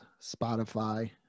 Spotify